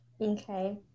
okay